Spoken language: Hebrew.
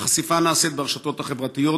החשיפה נעשית ברשתות החברתיות,